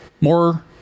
more